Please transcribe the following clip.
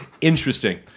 Interesting